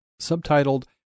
subtitled